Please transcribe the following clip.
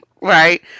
right